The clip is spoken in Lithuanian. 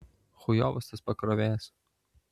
chujovas tas pakrovėjas